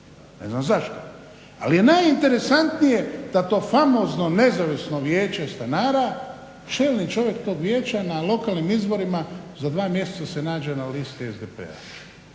Ne znam zašto? Ali je najinteresantnije da to famozno nezavisno Vijeće stanara čelni čovjek tog vijeća na lokalnim izborima za dva mjeseca se nađe na listi SDP-a.